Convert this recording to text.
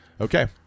Okay